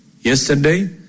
Yesterday